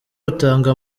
butanga